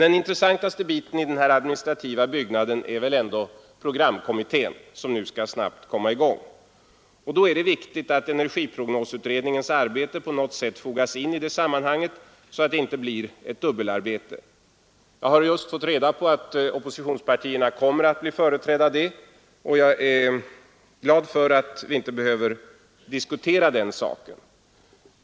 Den intressantaste biten i den här administrativa byggnaden är väl ändå att programkommittén nu skall snabbt komma i gång. Och då är det viktigt att energiprognosutredningens arbete på något sätt fogas in i det sammanhanget, så att det inte blir ett dubbelarbete. Jag har just fått reda på att oppositionspartierna kommer att vara företrädda, och jag är glad för att vi inte behöver diskutera den saken.